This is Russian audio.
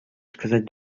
сказать